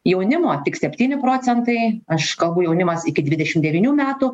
jaunimo tik septyni procentai aš kalbu jaunimas iki dvidešim devynių metų